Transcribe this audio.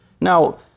Now